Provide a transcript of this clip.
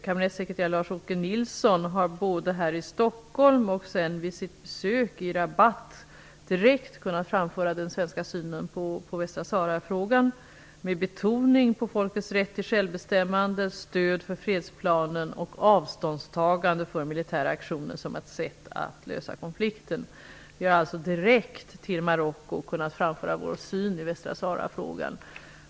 Kabinettsekreterare Lars-Åke Nilsson har både här i Stockholm och vid sitt besök i Rabat direkt kunnat framföra den svenska uppfattningen i Västra Sahara-frågan, med betoning på folkets rätt till självbestämmande, stöd för fredsplanen och avståndstagande från militära aktioner som ett sätt att lösa konflikten. Vi har alltså direkt till Marocko kunnat framföra vår uppfattning i Västra Sahara-frågan.